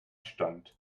stand